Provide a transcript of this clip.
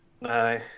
No